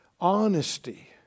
Honesty